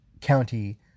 county